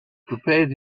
prepared